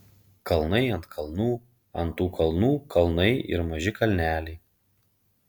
kalnai ant kalnų ant tų kalnų kalnai ir maži kalneliai